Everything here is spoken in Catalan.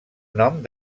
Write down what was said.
nom